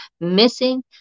missing